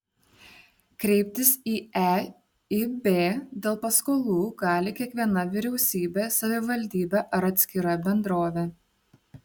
kreiptis į eib dėl paskolų gali kiekviena vyriausybė savivaldybė ar atskira bendrovė